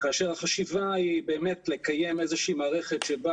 כאשר החשיבה היא באמת לקיים איזושהי מערכת שבה